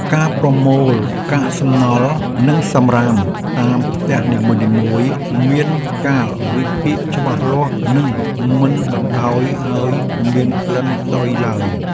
ការប្រមូលកាកសំណល់និងសំរាមតាមផ្ទះនីមួយៗមានកាលវិភាគច្បាស់លាស់និងមិនបណ្តោយឱ្យមានក្លិនស្អុយឡើយ។